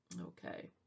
Okay